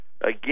again